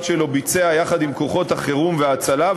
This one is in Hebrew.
שלו ביצע יחד עם כוחות החירום וההצלה,